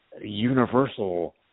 universal